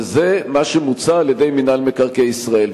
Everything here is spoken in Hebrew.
וזה מה שמוצע על-ידי מינהל מקרקעי ישראל.